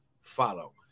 follow